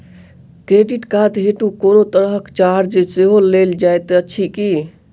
Credit card हेतु कोनो तरहक चार्ज सेहो लेल जाइत अछि की?